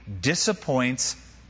disappoints